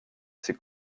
ses